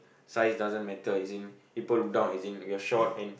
size doesn't matter as in people look down as in we are short and